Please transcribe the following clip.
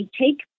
take